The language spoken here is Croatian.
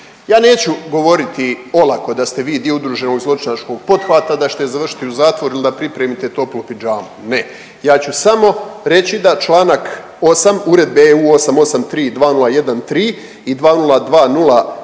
Ja neću govoriti olako da ste vi dio udruženog zločinačkog pothvata da ćete završiti u zatvoru ili da pripremite toplu pidžamu, ne, ja ću samo reći da čl. 8. Uredbe EU 8832013 i 2020/2223